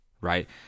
right